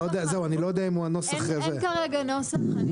אני לא יודע אם הוא הנוסח --- אין כרגע נוסח.